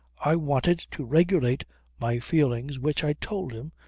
i wanted to regulate my feelings which, i told him,